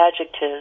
adjectives